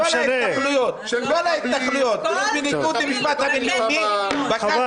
כל ההתנחלויות שהן בניגוד למשפט הבין-לאומי בג"ץ